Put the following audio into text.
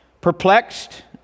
perplexed